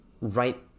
right